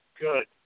good